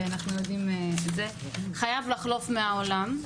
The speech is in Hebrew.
חייב לחלוף מהעולם.